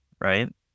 right